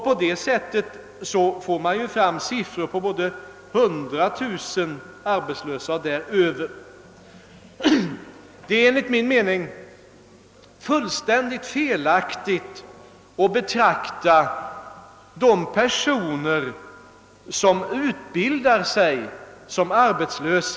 På det sättet får man ju fram siffror på 100 000 arbetslösa och däröver. Det är enligt min mening fullständigt felaktigt att betrakta de personer som utbildar sig som arbetslösa.